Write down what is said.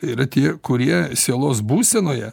yra tie kurie sielos būsenoje